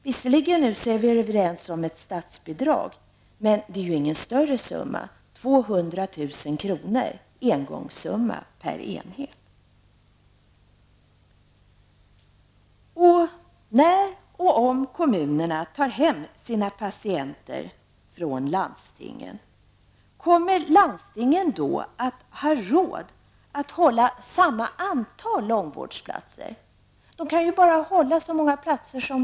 Visserligen är vi överens om ett statsbidrag, men det rör sig ju inte om någon större summa -- en engångssumma på 200 000 kr. per enhet. Kommer landstingen att ha råd att hålla samma antal långvårdsplatser, när och om kommunerna tar hem sina patienter från landstingen?